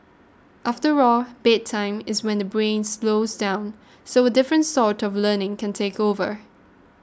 after all bedtime is when the brain slows down so a different sort of learning can take over